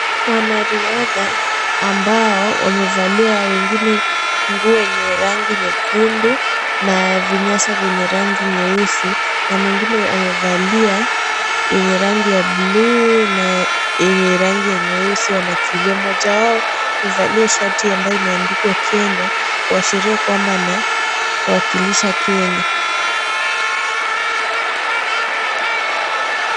Wanariadha ambao wamevalia wengine nguo yenye rangi nyekundu na vinyasa vyenye rangi nyeusi na mwingine amevalia yenye rangi ya buluu na yenye rangi ya nyeusi wanakimbia . Mmoja wao amevalia shati ambayo imeandikwa Kenya kuashiria kwamba ana wakilisha Kenya .